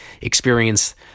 experience